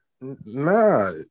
nah